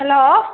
hello